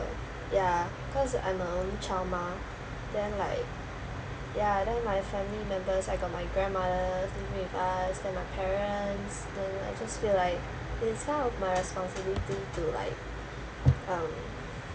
ya cause I'm a only child mah then like ya then my family members I got my grandmother living with us then my parents then I just feel like it is part of my responsibility to like um